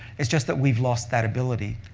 it's just that we've lost that ability.